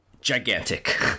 gigantic